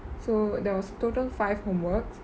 so there was total five homeworks